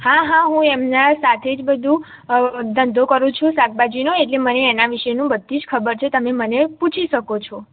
હા હા હું એમના સાથે જ બધું ધંધો કરું છું શાકભાજીનો એટલા મને એના વિશેનું બધી જ ખબર છે એટલે તમે મને પૂછી શકો છો